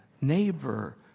neighbor